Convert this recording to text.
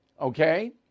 Okay